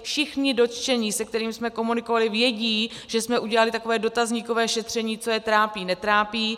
Všichni dotčení, se kterými jsme komunikovali, vědí, že jsme udělali takové dotazníkové šetření, co je trápí, netrápí.